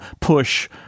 push